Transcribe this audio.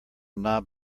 knob